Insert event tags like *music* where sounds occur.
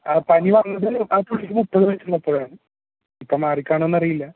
പനി വന്നതിൽ *unintelligible* ഇപ്പോൾ മാറി കാണുവോന്ന് അറിയില്ല